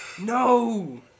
No